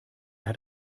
hat